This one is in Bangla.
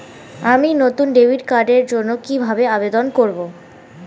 আমি নতুন ডেবিট কার্ডের জন্য কিভাবে আবেদন করব?